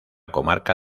comarca